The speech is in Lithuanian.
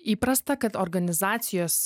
įprasta kad organizacijos